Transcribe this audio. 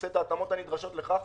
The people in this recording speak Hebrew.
עושה את ההתאמות הנדרשות לכך